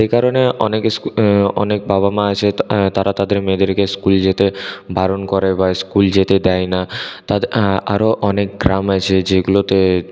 সেই কারণে অনেকে অনেক বাবা মা আছে তারা তাদের মেয়েদেরকে স্কুল যেতে বারণ করে বা স্কুল যেতে দেয় না আরও অনেক গ্রাম আছে যেগুলোতে